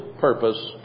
purpose